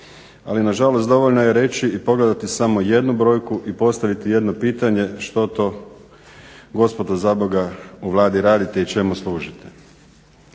ali nažalost dovoljno je reći i pogledati samo jednu brojku i postaviti jedno pitanje što to gospodo zaboga u Vladi radite i čemu služite?